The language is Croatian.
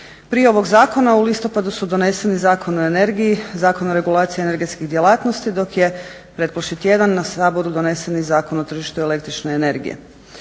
Prije ovog zakona u listopadu su doneseni Zakon o energiji, Zakon o regulaciji energetskih djelatnosti dok je pretprošli tjedan na Saboru donesen i Zakon o tržištu električne energije.